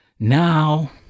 now